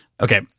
okay